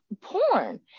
porn